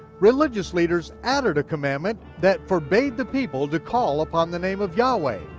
religious leaders added a commandment that forbade the people to call upon the name of yahweh.